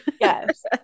Yes